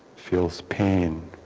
feels pain